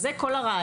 זה כל הרעיון.